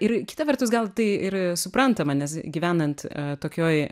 ir kita vertus gal tai ir suprantama nes gyvenant tokioj